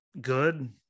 good